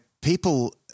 people